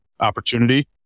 opportunity